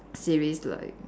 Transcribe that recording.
series like